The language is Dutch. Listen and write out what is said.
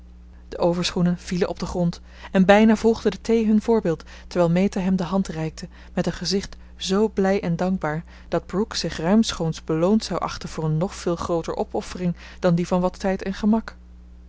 de overschoenen vielen op den grond en bijna volgde de thee hun voorbeeld terwijl meta hem de hand reikte met een gezicht zoo blij en dankbaar dat brooke zich ruimschoots beloond zou achten voor een nog veel grooter opoffering dan die van wat tijd en gemak